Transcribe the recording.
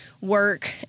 work